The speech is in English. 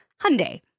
Hyundai